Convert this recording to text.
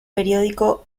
periódico